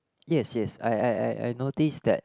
yes yes I I I I noticed that